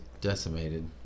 decimated